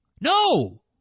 no